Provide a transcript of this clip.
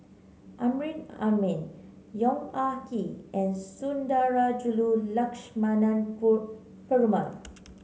Amrin Amin Yong Ah Kee and Sundarajulu Lakshmana Perumal